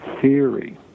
theory